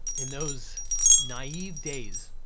and those naive days,